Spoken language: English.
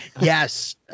yes